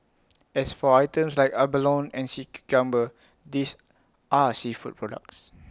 as for items like abalone and sea cucumber these are seafood products